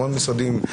המון משרדים,